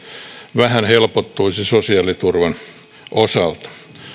vähän helpottuisi sosiaaliturvan osalta